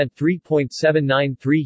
3.793